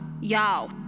Y'all